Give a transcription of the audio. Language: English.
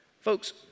Folks